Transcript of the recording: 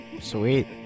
Sweet